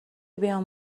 بیام